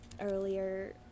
earlier